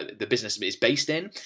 the business is based in,